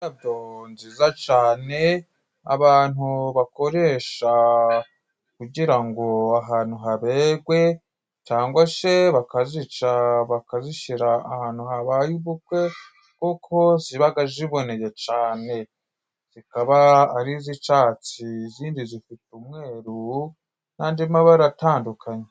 Indabo nziza cane abantu bakoresha kugira ngo ahantu habegwe, cangwa se bakazica bakazishyira ahantu habaye ubukwe, kuko zibaga ziboneye cane zikaba arizicatsi, izindi zifite umweru n'andi mabara atandukanye.